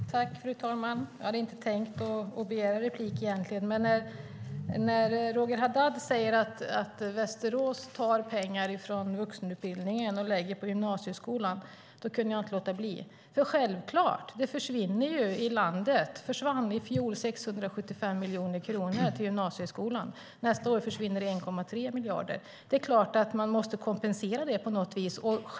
Fru talman! Jag hade inte tänkt begära replik, men när Roger Haddad sade att Västerås tar pengar från vuxenutbildningen och lägger på gymnasieskolan kunde jag inte låta bli. I landet försvann det i fjol 675 miljoner kronor från gymnasieskolan. Nästa år försvinner 1,3 miljarder kronor. Det är klart att man måste kompensera det på något vis.